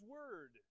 Word